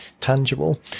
tangible